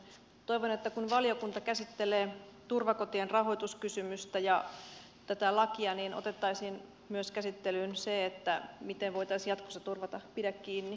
toivon että kun valiokunta käsittelee turvakotien rahoituskysymystä ja tätä lakia otettaisiin käsittelyyn myös se miten voitaisiin jatkossa turvata päihdeäitien pidä kiinni hoito